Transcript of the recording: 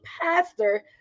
pastor